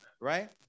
Right